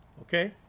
okay